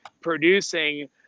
producing